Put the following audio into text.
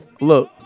Look